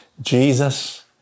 Jesus